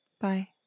Bye